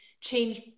change